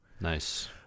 Nice